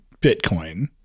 Bitcoin